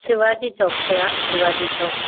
शिवाजी चौक ते आहे शिवाजी चौक